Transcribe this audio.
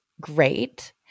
great